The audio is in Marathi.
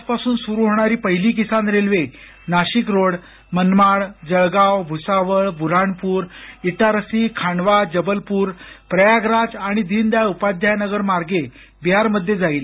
आजपासून सुरु होणारी पहिली किसान रेल्वे नाशिक रोड मनमाड जळगाव भुसावळ बुऱ्हाणपूर इटारसी खांडवा जबलपूर प्रयागराज आणि दीनदयाळ उपाध्यायनगर मार्गे बिहारमध्ये जाईल